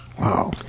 Wow